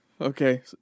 Okay